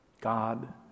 God